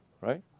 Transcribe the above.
Right